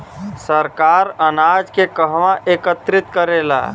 सरकार अनाज के कहवा एकत्रित करेला?